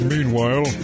Meanwhile